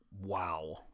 Wow